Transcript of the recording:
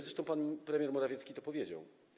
Zresztą pan premier Morawiecki to powiedział.